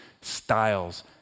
styles